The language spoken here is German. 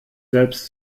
selbst